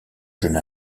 jeune